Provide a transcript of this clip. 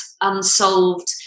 unsolved